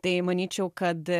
tai manyčiau kad